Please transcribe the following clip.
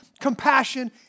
compassion